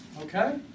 Okay